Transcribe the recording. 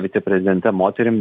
viceprezidente moterim